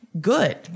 good